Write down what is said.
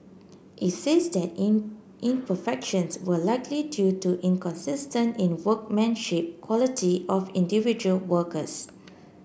it says that imperfections were likely due to inconsistent in workmanship quality of individual workers